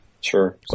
Sure